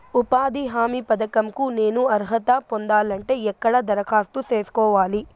ఉపాధి హామీ పథకం కు నేను అర్హత పొందాలంటే ఎక్కడ దరఖాస్తు సేసుకోవాలి?